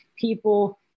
people